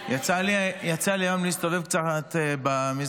יצא לי היום להסתובב קצת במסדרונות,